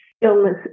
illness